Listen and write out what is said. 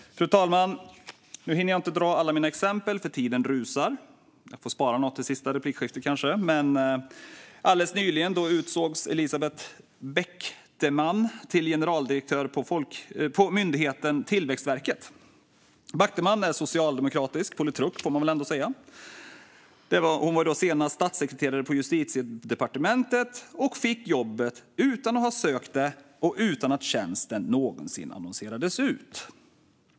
Fru talman! Nu hinner jag inte dra alla mina exempel, för tiden rusar. Jag får spara något till den sista omgången. Alldeles nyligen utsågs Elisabeth Backteman till generaldirektör för myndigheten Tillväxtverket. Backteman är socialdemokratisk politruk, får man väl ändå säga. Hon var senast statssekreterare på Justitiedepartementet och fick detta jobb utan att ha sökt det och utan att tjänsten någonsin annonserades ut.